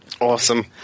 Awesome